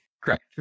Correct